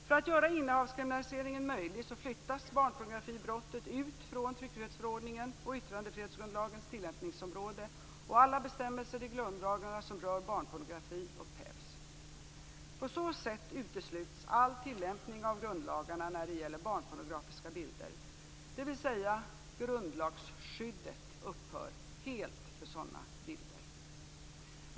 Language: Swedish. För att göra innehavskriminaliseringen möjlig flyttas barnpornografibrottet ut från tryckfrihetsförordningens och yttrandefrihetsgrundlagens tillämpningsområden, och alla bestämmelser i grundlagarna som rör barnpornografi upphävs. På så sätt utesluts all tillämpning av grundlagarna när det gäller barnpornografiska bilder, dvs. "grundlagsskyddet" upphör helt för sådana bilder.